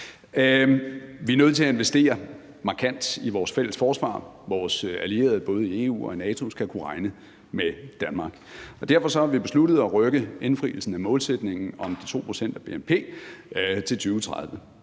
Vi er nødt til at investere markant i vores fælles forsvar. Vores allierede både i EU og i NATO skal kunne regne med Danmark, og derfor har vi besluttet at rykke indfrielsen af målsætningen om de 2 pct. af bnp til 2030.